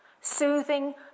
soothing